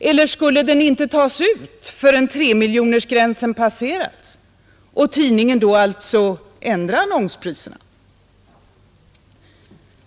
Eller skulle den inte tas ut förrän 3-miljonersgränsen passerats och tidningen då alltså ändra annonspriserna?